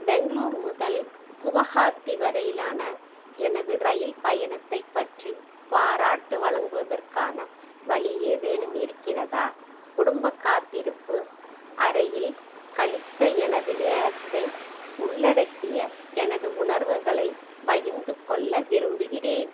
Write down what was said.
பெங்களூர் முதல் குவஹாத்தி வரையிலான எனது ரயில் பயணத்தைப் பற்றி பாராட்டு வழங்குவதற்கான வழி ஏதேனும் இருக்கிறதா குடும்ப காத்திருப்பு அறையில் கழித்த எனது நேரத்தை உள்ளடக்கிய எனது உணர்வுகளை பகிர்ந்துக் கொள்ள விரும்புகிறேன்